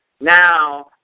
Now